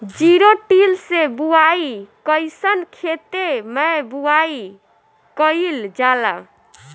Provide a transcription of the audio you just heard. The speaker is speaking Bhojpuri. जिरो टिल से बुआई कयिसन खेते मै बुआई कयिल जाला?